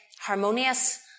harmonious